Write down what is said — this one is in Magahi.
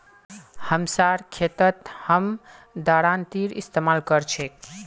हमसार खेतत हम दरांतीर इस्तेमाल कर छेक